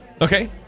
Okay